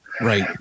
Right